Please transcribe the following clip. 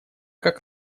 как